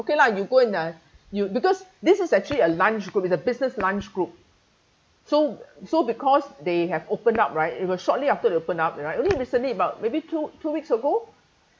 okay lah you go and uh you because this is actually a lunch group it's a business lunch group so so because they have opened up right it will shortly after they open up right only recently about maybe two two weeks ago